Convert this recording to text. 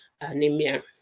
anemia